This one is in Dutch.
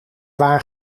waar